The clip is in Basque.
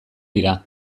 dira